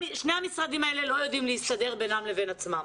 המשרדים האלה לא יודעים להסתדר בינם לבין עצמם.